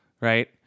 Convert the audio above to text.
right